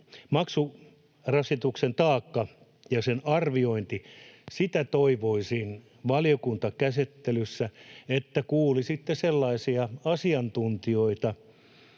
maksurasituksen taakan arvioimiseksi toivoisin, että valiokuntakäsittelyssä kuulisitte sellaisia asiantuntijoita,